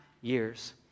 years